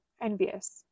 envious